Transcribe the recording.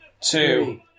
two